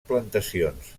plantacions